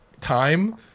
time